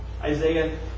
Isaiah